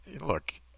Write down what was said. look